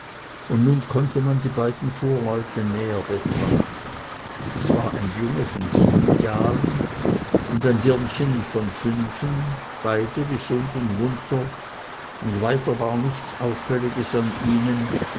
und nun konnte man die beiden fuhrleute näher betrachten es war ein junge von sieben jahren und ein dirnchen von fünfen beide gesund und munter und weiter war nichts auffälliges an ihnen